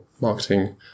marketing